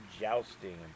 jousting